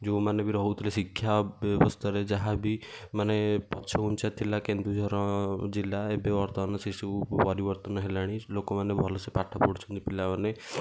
ଯେଉଁ ମାନେ ବି ରହୁଥିଲେ ଶିକ୍ଷା ବ୍ୟବସ୍ଥାରେ ଯାହା ବି ମାନେ ପଛ ଘୁଞ୍ଚା ଥିଲା କେନ୍ଦୁଝର ଜିଲ୍ଲା ଏବେ ବର୍ତ୍ତମାନ ସେ ସବୁ ପରିବର୍ତ୍ତନ ହେଲାଣି ଲୋକ ମାନେ ଭଲ ସେ ପାଠ ପଢୁଛନ୍ତି ପିଲା ମାନେ